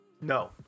No